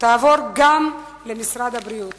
תעבור גם למשרד הבריאות.